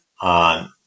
on